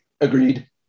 agreed